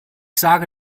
sage